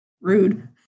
Rude